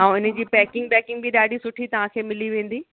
ऐं हिनजी पैकिंग वैकिंग बि ॾाढी सुठी तव्हांखे मिली वेंदी